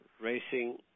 racing